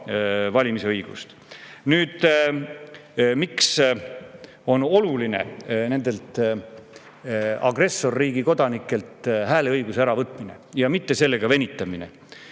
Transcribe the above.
valimisõigust. Miks on oluline nendelt agressorriigi kodanikelt hääleõiguse äravõtmine ja mitte sellega venitamine?